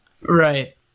Right